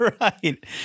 Right